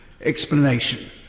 explanation